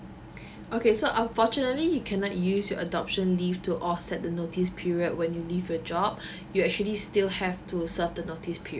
okay so unfortunately you cannot use your adoption leave to offset the notice period when you leave your job you actually still have to serve the notice period